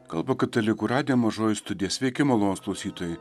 kalba katalikų radijo mažoji studija sveiki malonūs klausytojai